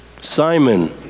Simon